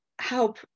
help